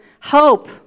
hope